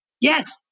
Yes